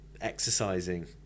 exercising